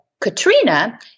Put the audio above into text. Katrina